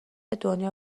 دنیا